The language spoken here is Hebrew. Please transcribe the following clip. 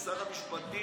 ושר המשפטים,